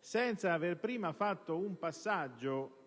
senza aver prima compiuto un passaggio